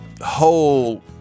whole